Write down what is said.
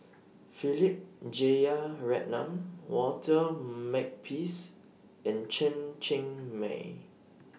Philip Jeyaretnam Walter Makepeace and Chen Cheng Mei